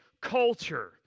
culture